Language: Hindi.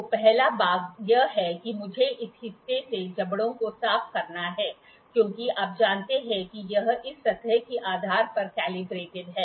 तो पहला भाग यह है कि मुझे इस हिस्से से जबड़ों को साफ करना है क्योंकि आप जानते हैं कि यह इस सतह के आधार पर कैलिब्रेटेड है